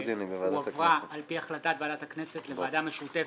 קודם כל, עמדת הייעוץ המשפטי.